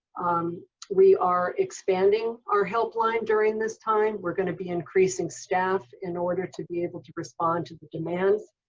um we are expanding our help line during this time. we're going to be increasing staff in order to be able to respond to the demands